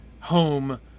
home